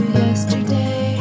yesterday